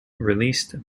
released